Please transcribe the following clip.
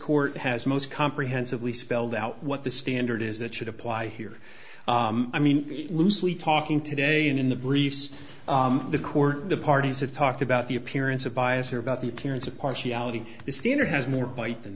court has most comprehensively spelled out what the standard is that should apply here i mean loosely talking today and in the briefs the court the parties have talked about the appearance of bias or about the appearance of partiality skinner has more